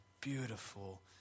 beautiful